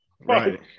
Right